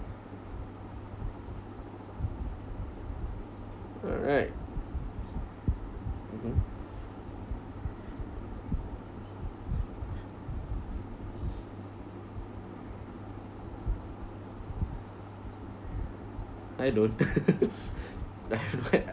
uh right mmhmm I don't